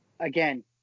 Again